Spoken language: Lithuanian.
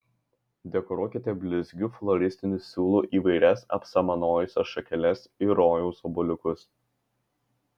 dekoruokite blizgiu floristiniu siūlu įvairias apsamanojusias šakeles ir rojaus obuoliukus